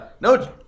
no